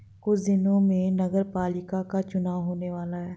कुछ दिनों में नगरपालिका का चुनाव होने वाला है